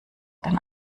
ein